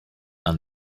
and